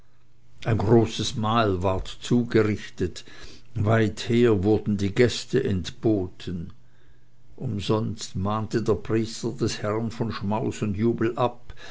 ein großes mahl ward zugerichtet weither wurden die gäste entboten umsonst mahnte der priester des herrn von schmaus und jubel ab